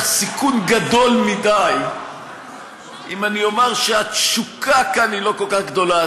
סיכון גדול מדי אם אני אומר שהתשוקה כאן היא לא כל כך גדולה.